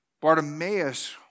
Bartimaeus